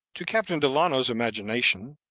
to captain delano's imagination,